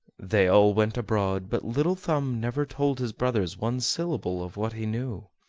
they all went abroad, but little thumb never told his brothers one syllable of what he knew.